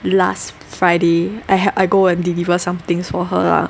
last Friday I had I go and deliver some things for her ah